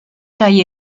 taille